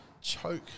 choke